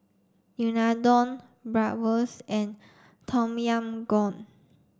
Unadon Bratwurst and Tom Yam Goong